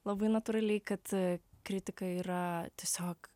labai natūraliai kad kritika yra tiesiog